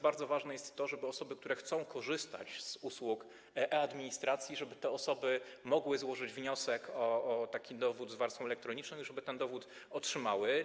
Bardzo ważne jest to, żeby osoby, które chcą korzystać z usług e-administracji, mogły złożyć wniosek o taki dowód z warstwą elektroniczną i żeby ten dowód otrzymały.